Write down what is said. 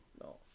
No